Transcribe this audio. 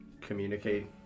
communicate